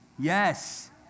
Yes